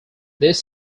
this